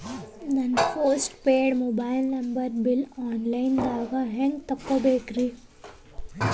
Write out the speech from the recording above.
ನನ್ನ post paid mobile number bill, online ದಾಗ ಹ್ಯಾಂಗ್ ನೋಡೋದ್ರಿ?